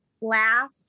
Laugh